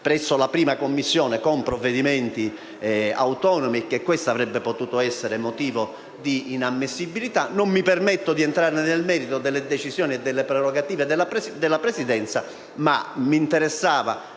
all'esame in 1a Commissione di provvedimenti autonomi - e che ciò avrebbe potuto essere motivo di inammissibilità. Non mi permetto - ripeto - di entrare nel merito delle decisioni e delle prerogative della Presidenza, però mi interessava